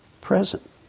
present